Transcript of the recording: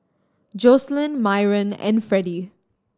Jocelynn Myron and Freddy